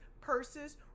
purses